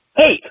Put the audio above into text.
hey